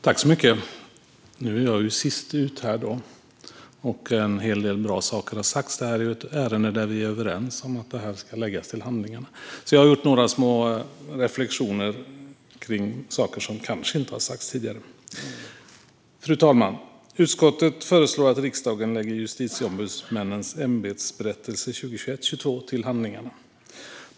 Fru talman! Jag är sist ut, och en hel del bra saker har sagts. Detta är ett ärende som vi är överens om ska läggas till handlingarna. Jag har några små reflektioner kring saker som kanske inte har sagts tidigare. Fru talman! Utskottet föreslår att riksdagen lägger Justitieombudsmännens ämbetsberättelse 2021/22 till handlingarna.